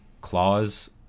Claws